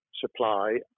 supply